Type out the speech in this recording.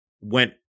went